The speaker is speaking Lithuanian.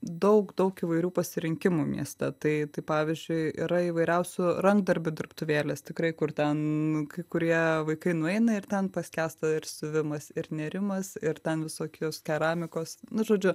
daug daug įvairių pasirinkimų mieste tai taip pavyzdžiui yra įvairiausių rankdarbių dirbtuvėlės tikrai kur ten kai kurie vaikai nueina ir ten paskęsta ir siuvimas ir nėrimas ir ten visokios keramikos nu žodžiu